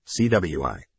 cwi